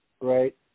Right